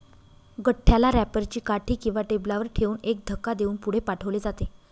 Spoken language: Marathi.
गठ्ठ्याला रॅपर ची काठी किंवा टेबलावर ठेवून एक धक्का देऊन पुढे पाठवले जाते